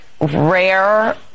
rare